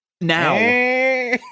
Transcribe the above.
now